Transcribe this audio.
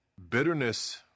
Bitterness